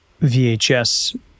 VHS